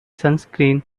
sunscreen